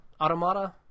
Automata